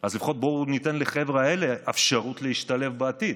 אז לפחות בואו ניתן לחבר'ה האלה אפשרות להשתלב בעתיד,